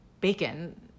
bacon